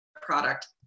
product